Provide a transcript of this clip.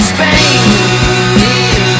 Spain